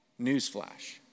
newsflash